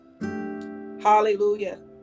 Hallelujah